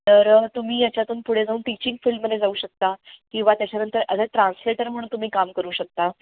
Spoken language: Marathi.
तर तुम्ही याच्यातून पुढे जाऊन टीचिंग फील्डमध्ये जाऊ शकता किंवा त्याच्यानंतर ॲज अ ट्रान्सलेटर म्हणून तुम्ही काम करू शकता